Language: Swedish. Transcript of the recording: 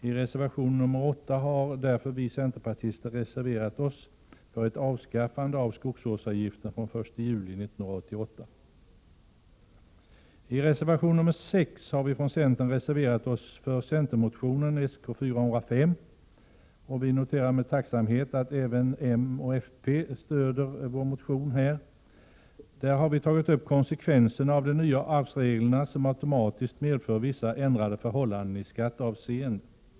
I reservation 8 har därför vi centerpartister reserverat oss för ett avskaffande av skogsvårdsavgiften den 1 juli 1988. I reservation 6 har vi från centern reserverat oss för centermotionen Sk405, och vi noterar tacksamt att även m och fp stöder vår motion. Där har vi tagit upp konsekvenserna av de nya arvsreglerna, som automatiskt medför vissa ändrade förhållanden i skatteavseende.